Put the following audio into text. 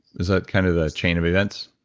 is that kind of the chain of events?